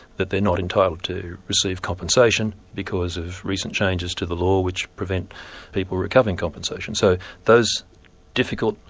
that they're not entitled to receive compensation because of recent changes to the law which prevent people recovering compensation. so those difficult,